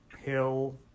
Hill